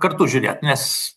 kartu žiūrėt nes